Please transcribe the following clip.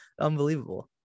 Unbelievable